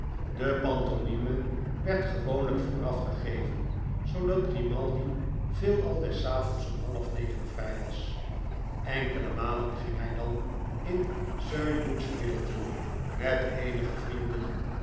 de pantomime werd gewoonlijk vooraf gegeven zoodat grimaldi veelal des avonds om half negen vrij was enkele malen ging hij dan in sir hugh middleton mei eenige vrienden